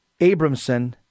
Abramson